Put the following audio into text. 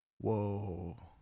Whoa